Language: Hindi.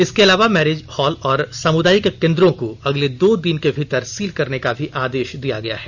इसके अलावा मैरिज हॉल और सामुदायिक केंद्रों को अगले दो दिन के भीतर सील करने का भी आदेश दिया गया है